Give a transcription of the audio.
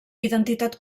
identitat